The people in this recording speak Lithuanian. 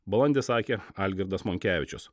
balandį sakė algirdas monkevičius